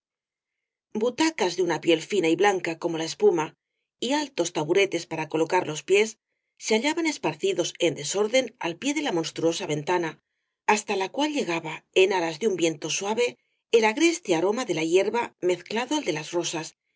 butacas de una piel fina y blanca como la espuma y altos taburetes para colocar los pies se hallaban esparcidos en desorden al pie de la monstruosa ventana hasta la cual llegaba en alas de un viento suave el agreste aroma de la hierba mezclado al de las rosas